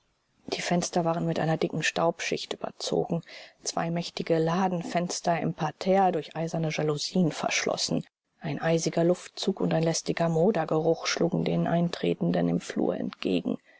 die fenster waren mit einer dichten staubschicht überzogen zwei mächtige ladenfenster im parterre durch eiserne jalousien verschlossen ein eisiger luftzug und ein lästiger modergeruch schlugen den eintretenden im flur entgegen